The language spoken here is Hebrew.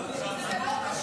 בדיוק שאלתי איך העברת כזה,